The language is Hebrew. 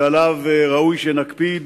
שעליו ראוי שנקפיד